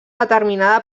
determinada